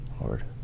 Lord